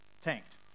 tanked